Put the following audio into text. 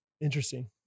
interesting